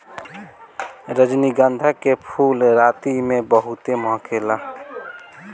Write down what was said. रजनीगंधा के फूल राती में बहुते महके ला